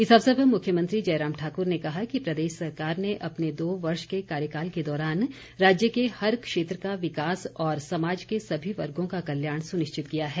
इस अवसर पर मुख्यमंत्री जयराम ठाकुर ने कहा कि प्रदेश सरकार ने अपने दो वर्ष के कार्यकाल के दौरान राज्य के हर क्षेत्र का विकास और समाज के सभी वर्गो का कल्याण सुनिश्चित किया है